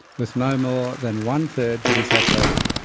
with no more than one third to be saturated.